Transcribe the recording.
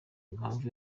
impamvu